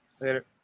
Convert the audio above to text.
Later